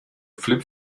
flip